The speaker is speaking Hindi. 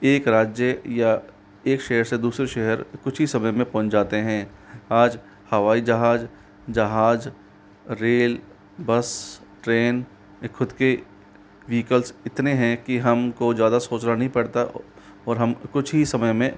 एक राज्य या एक शहर से दूसरे शहर कुछ ही समय में पहुँच जाते हैं आज हवाई जहाज जहाज रेल बस ट्रेन ख़ुद की व्हीकल्स इतने हैं कि हमको ज़्यादा सोचना नहीं पड़ता और हम कुछ ही समय में